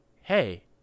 hey